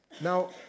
Now